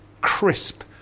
crisp